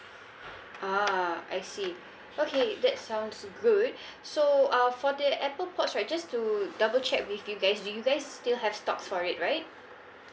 ah I see okay that sounds good so uh for the apple pods right just to double check with you guys do you guys still have stocks for it right